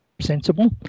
sensible